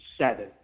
seven